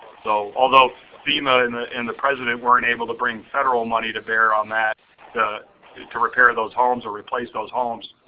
so although fema and the and the president were and able to bring federal money to bear on that to repair those homes or replace those homes,